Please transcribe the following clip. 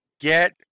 Get